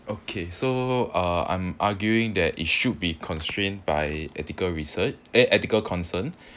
okay so uh I'm arguing that it should be constrained by ethical research eh ethical concern